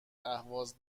اهواز